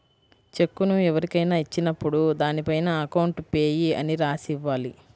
చెక్కును ఎవరికైనా ఇచ్చినప్పుడు దానిపైన అకౌంట్ పేయీ అని రాసి ఇవ్వాలి